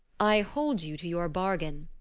i hold you to your bargain,